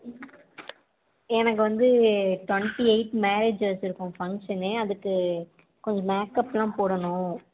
எனக்கு வந்து twenty eight marriage வச்சுருக்கோம் ஃபங்க்ஷனு அதுக்கு கொஞ்சம் மேக்கப்பெலாம் போடணும்